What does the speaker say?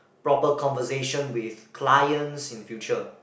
proper conversation with clients in the future